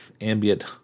Ambient